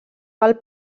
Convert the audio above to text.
pel